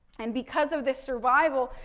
and, because of this survival,